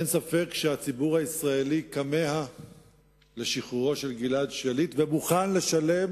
אין ספק שהציבור הישראלי כמה לשחרורו של גלעד שליט ומוכן לשלם